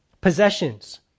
Possessions